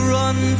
run